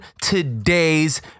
today's